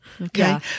Okay